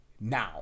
now